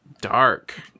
Dark